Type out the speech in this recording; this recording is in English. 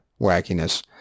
wackiness